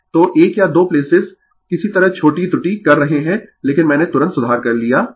तो 1 या 2 प्लेसेस किसी तरह छोटी त्रुटि कर रहे है लेकिन मैंने तुरंत सुधार कर लिया है